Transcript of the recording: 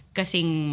kasing